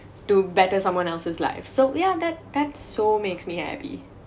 to better someone else's life so yeah that that so makes me happy